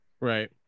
Right